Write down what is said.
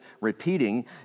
repeating